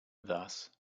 thus